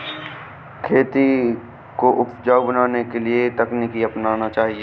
खेती को उपजाऊ बनाने के लिए क्या तरीका अपनाना चाहिए?